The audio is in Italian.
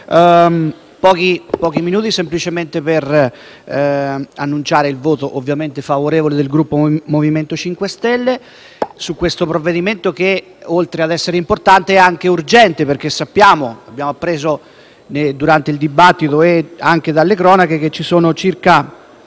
pochi minuti semplicemente per annunciare il voto ovviamente favorevole del Gruppo MoVimento 5 Stelle sul provvedimento in esame che, oltre ad essere importante, è anche urgente perché, come abbiamo appreso durante il dibattito e anche dalle cronache, sono oltre